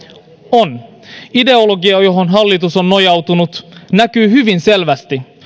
on ideologia johon hallitus on nojautunut näkyy hyvin selvästi